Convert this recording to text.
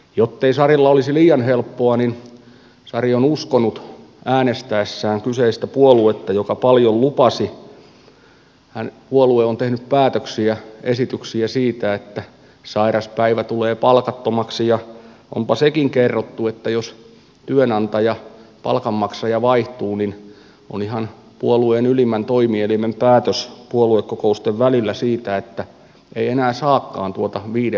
jottei sarilla olisi liian helppoa niin kerrottakoon että kun sari on äänestäessään uskonut kyseistä puoluetta joka paljon lupasi niin puolue on tehnyt päätöksiä esityksiä siitä että sairauspäivä tulee palkattomaksi ja onpa sekin kerrottu että jos työnantaja palkanmaksaja vaihtuu niin on ihan puolueen ylimmän toimielimen päätös puoluekokousten välillä siitä että ei enää saakaan tuota viiden vuoden työsuhdeturvaa